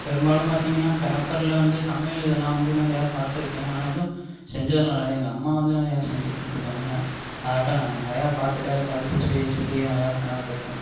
பெரும்பாலும் பார்த்தீங்கன்னா பேப்பர்ல வந்து சமையல் இதெல்லாம் வந்து நிறையா பார்த்துருக்கேன் ஆனால் எதுவும் செஞ்சதுலாம் இல்லை எங்க அம்மா வந்து நிறையா செஞ்சு கொடுத்துருக்காங்க அதாட்டம் நான் நிறைய பார்த்துட்டு அதை பார்த்துட்டு செய்ய சொல்லி நிறையா பார்த்துருக்கேன்